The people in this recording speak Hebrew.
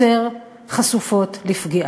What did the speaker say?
יותר חשופות לפגיעה.